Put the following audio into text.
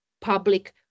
public